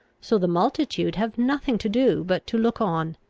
so the multitude have nothing to do but to look on,